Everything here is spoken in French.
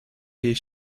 les